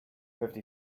fifty